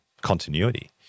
continuity